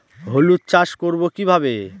হলুদ চাষ করব কিভাবে?